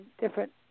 different